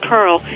Pearl